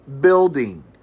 building